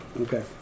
Okay